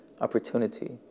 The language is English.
opportunity